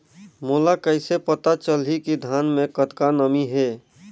मोला कइसे पता चलही की धान मे कतका नमी हे?